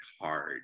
hard